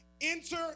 enter